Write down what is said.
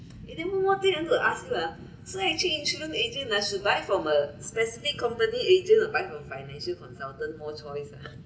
and then one more thing I want to ask you ah so actually insurance agent ah should buy from a specific company agent or buy from financial consultant more choice ah